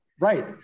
Right